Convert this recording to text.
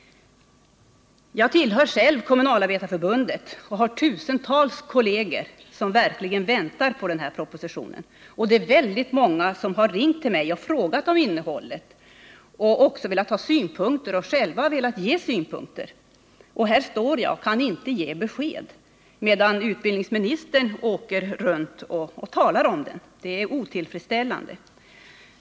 Jag tillhör själv Kommunalarbetareförbundet och har tusentals kolleger som verkligen väntar på denna proposition, och det är väldigt många som har ringt till mig och frågat om innehållet och velat ha synpunkter och själva velat ge synpunkter. Jag står här och kan inte ge besked, medan utbildningsministern åker runt och talar om propositionen. Det är otillfredsställande.